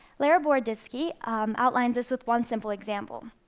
lera boroditsky outlines this with one simple example.